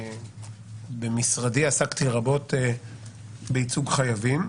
במשרדי אני עסקתי רבות בייצוג חייבים,